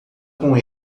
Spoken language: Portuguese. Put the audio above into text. com